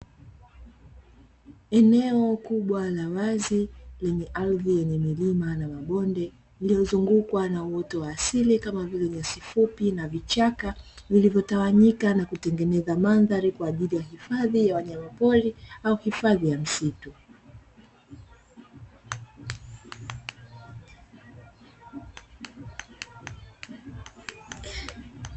Eneo kubwa la wazi lenye ardhi yenye milima na mabonde, lililozungukwa na uoto wa asili kama vile nyasi fupi na vichaka vilivyotawanyika na kutengeneza mandhari kwa ajili ya hifadhi ya wanyamapori au hifadhi ya msitu.